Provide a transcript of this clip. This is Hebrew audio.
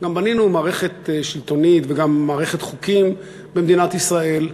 גם בנינו מערכת שלטונית וגם מערכת חוקים במדינת ישראל.